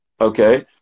Okay